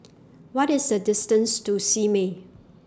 What IS The distance to Simei